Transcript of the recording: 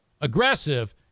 aggressive